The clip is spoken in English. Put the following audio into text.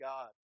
God